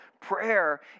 prayer